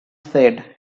said